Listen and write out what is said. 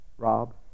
Rob